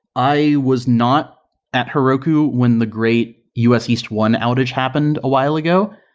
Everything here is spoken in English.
i was not at heroku when the great u s east one outage happened a while ago,